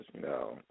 no